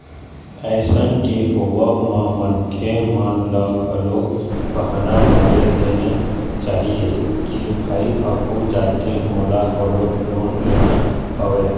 अइसन के होवब म मनखे मन ल घलोक बहाना मार देना चाही के भाई आघू जाके मोला घलोक लोन लेना हवय